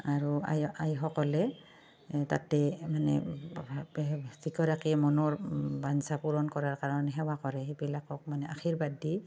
আৰু আই আইসকলে তাতে মানে যিগৰাকী মনৰ বাঞ্চা পূৰণ কৰাৰ কাৰণে সেৱা কৰে সেইবিলাকক মানে আশীৰ্বাদ দি